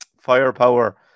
firepower